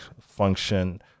function